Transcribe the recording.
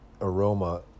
aroma